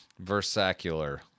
Versacular